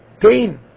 pain